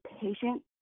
patient